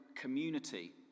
community